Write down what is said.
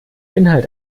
inhalt